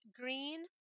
green